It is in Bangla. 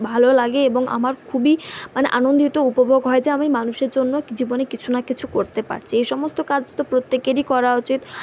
ভালো লাগে এবং আমার খুবই মানে আনন্দিত উপভোগ হয় যে আমি মানুষের জন্য জীবনে কিছু না কিছু করতে পারছি এই সমস্ত কাজ তো প্রত্যেকেরই করা উচিত